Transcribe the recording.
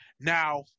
Now